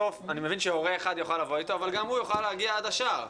אני מבין שהורה אחד יוכל לבוא אתו אבל גם הוא יוכל להגיע עד השער.